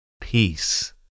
peace